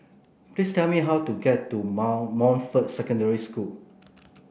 please tell me how to get to Montfort Secondary School